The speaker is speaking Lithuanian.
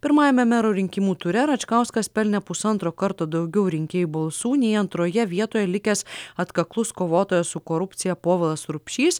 pirmajame mero rinkimų ture račkauskas pelnė pusantro karto daugiau rinkėjų balsų nei antroje vietoje likęs atkaklus kovotojas su korupcija povilas urbšys